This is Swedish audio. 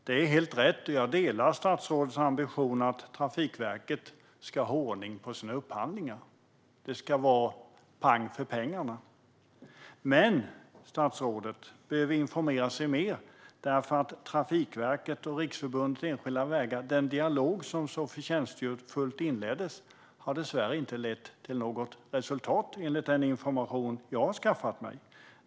Det är helt rätt, där delar jag statsrådets ambition, att Trafikverket ska ha ordning på sina upphandlingar. Det ska vara pang för pengarna. Men statsrådet behöver informera sig mer, därför att den dialog som så förtjänstfullt inleddes mellan Trafikverket och Riksförbundet enskilda vägar dessvärre inte har lett till något resultat enligt den information som jag har skaffat mig.